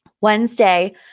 wednesday